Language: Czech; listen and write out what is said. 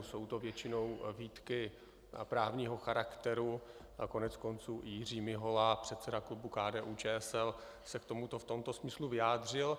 Jsou to většinou výtky právního charakteru a koneckonců i Jiří Mihola, předseda klubu KDUČSL, se k tomuto v tomto smyslu vyjádřil.